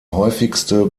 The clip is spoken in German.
häufigste